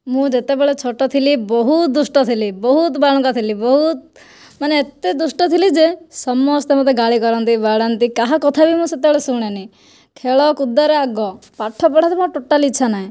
ମୁଁ ଯେତେବେଳେ ଛୋଟ ଥିଲି ବହୁତ୍ ଦୁଷ୍ଟ ଥିଲି ବହୁତ ବାଳୁଙ୍ଗା ଥିଲି ବହୁତ ମାନେ ଏତେ ଦୁଷ୍ଟ ଥିଲି ଯେ ସମସ୍ତେ ମତେ ଗାଳି କରନ୍ତି ବାଡ଼ାନ୍ତି କାହା କଥା ବି ମୁଁ ସେତେବେଳେ ଶୁଣେନାହିଁ ଖେଳକୁଦରେ ଆଗ ପାଠ ପଢ଼ାରେ ତ ମୋ'ର ଟୋଟାଲୀ ଇଚ୍ଛା ନାହିଁ